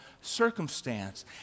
circumstance